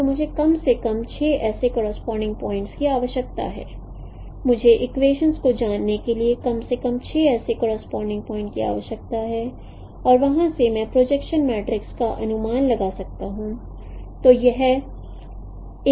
तो मुझे कम से कम 6 ऐसे करॉस्पोंडिंग प्वाइंट की आवश्यकता है मुझे इक्वेशनस को जानने के लिए कम से कम 6 ऐसे करॉस्पोंडिंग प्वाइंट की आवश्यकता है और वहां से मैं प्रोजेक्शन मैट्रिक्स का अनुमान लगा सकता हूं